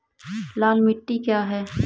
लाल मिट्टी क्या है?